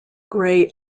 grey